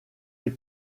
les